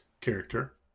character